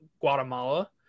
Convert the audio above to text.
Guatemala